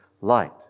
light